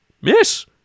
Miss